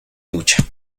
lucha